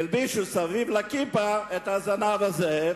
הלבישו מסביב לכיפה את הזנב הזה,